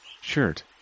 shirt